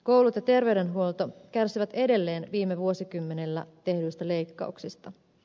koulut ja terveydenhuolto kärsivät edelleen viime vuosikymmenellä tehdyistä leikkauksista